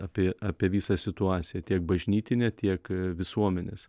apie apie visą situaciją tiek bažnytinę tiek visuomenės